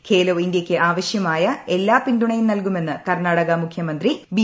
ഖേലോ ഇന്തൃയ്ക്ക് ആവശൃമായ എല്ലാ പിന്തുണയും നൽകുമെന്ന് കർണ്ണാടക മുഖൃമന്ത്രി ബി